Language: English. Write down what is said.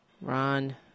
Ron